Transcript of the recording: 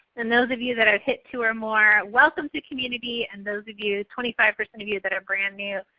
and those of you that have hit two or more, welcome to community and those of you, twenty five percent of you that are brand new,